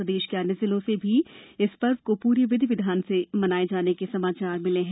प्रदेश के अन्य जिलों से भी इस पर्व को पूरी विधि विधान के साथ मनाये जाने के समाचार हैं